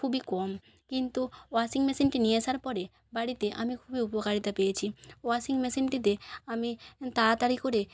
খুবই কম কিন্তু ওয়াশিং মেশিনটি নিয়ে আসার পরে বাড়িতে আমি খুবই উপকারিতা পেয়েছি ওয়াশিং মেশিনটিতে আমি তাড়াতাড়ি করে